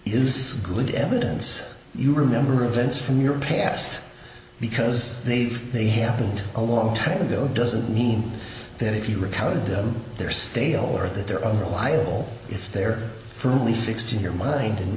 is good evidence you remember events from your past because they've they happened a long time ago doesn't mean that if you recounted them they're stable or that they're unreliable if they're firmly fixed in your mind and